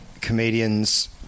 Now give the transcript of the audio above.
comedians